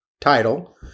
title